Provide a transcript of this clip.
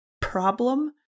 problem